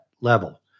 level